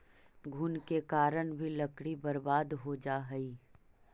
घुन के कारण भी लकड़ी बर्बाद हो जा हइ